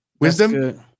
wisdom